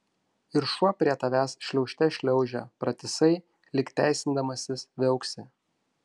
ir šuo prie tavęs šliaužte šliaužia pratisai lyg teisindamasis viauksi